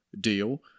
deal